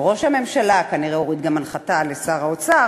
שראש הממשלה כנראה הוריד גם הנחתה לשר האוצר,